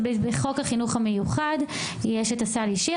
אז בחוק החינוך המיוחד יש את הסל האישי,